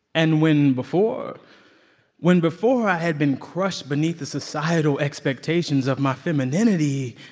and when before when before i had been crushed beneath the societal expectations of my femininity,